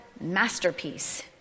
masterpiece